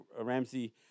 Ramsey